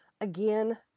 Again